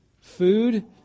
food